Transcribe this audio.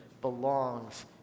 belongs